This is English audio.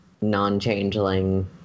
non-changeling